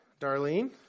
Darlene